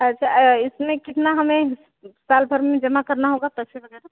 अच्छा इसमें कितना हमें साल भर में जमा करना होगा पैसे वगैरह